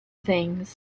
things